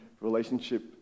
relationship